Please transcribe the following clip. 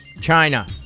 China